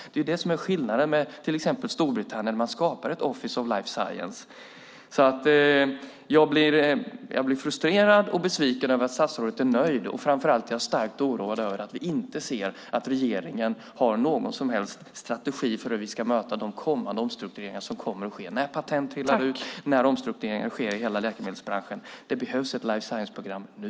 Det är skillnaden med till exempel Storbritannien där Office for Life Sciences har skapats. Jag blir frustrerad och besviken över att statsrådet är nöjd, och framför allt är jag starkt oroad över att vi inte ser att regeringen har någon som helst strategi för hur vi ska möta de kommande omstruktureringarna i läkemedelsbranschen som kommer att ske när patent går ut. Det behövs ett life science-program nu.